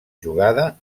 jugada